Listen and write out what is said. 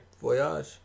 Voyage